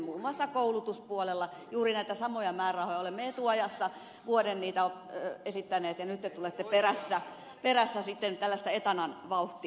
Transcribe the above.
muun muassa koulutuspuolella juuri näitä samoja määrärahoja olemme vuoden etuajassa esittäneet ja nyt te tulette sitten perässä tällaista etanan vauhtia